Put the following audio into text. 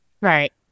Right